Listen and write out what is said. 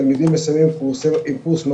תלמידים מסיימים עם קורס מדריך,